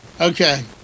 Okay